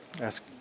ask